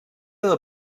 del